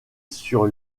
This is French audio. sur